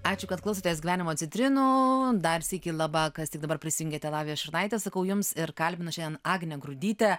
ačiū kad klausotės gyvenimo citrinų dar sykį laba kas tik dabar prisijungėte lavija šurnaitė sakau jums ir kalbinu šiandien agnę grudytę